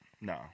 No